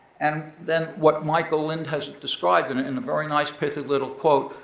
and then what michael lind has described in in a very nice, pithy little quote,